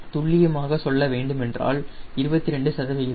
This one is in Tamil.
துல்லியமாக சொல்ல வேண்டுமென்றால் 22 சதவீதம்